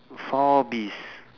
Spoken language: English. four bees